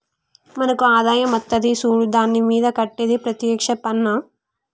మనకు ఆదాయం అత్తది సూడు దాని మీద కట్టేది ప్రత్యేక్ష పన్నా